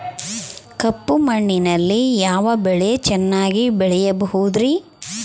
ಕಪ್ಪು ಮಣ್ಣಿನಲ್ಲಿ ಯಾವ ಬೆಳೆ ಚೆನ್ನಾಗಿ ಬೆಳೆಯಬಹುದ್ರಿ?